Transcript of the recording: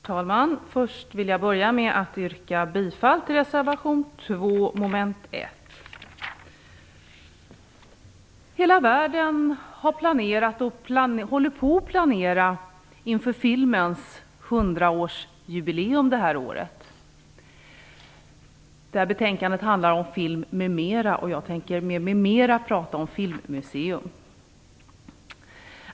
Herr talman! Först vill jag yrka bifall till reservation 2 mom. 1. Hela världen håller på att planera inför filmens hundraårsjubileum i år. Det här betänkandet handlar om film m.m., och jag tänker m.m. tala om filmmuseum.